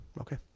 Okay